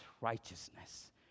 righteousness